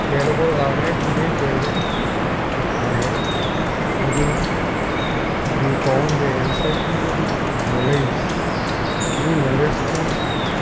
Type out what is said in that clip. তেওঁলোকৰ কাৰণে খুবেই প্ৰয়োজন মানে যিটো আমি কওঁ যে এনচাইক্লোপিডিক নলেজ এই নলেজটো